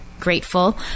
grateful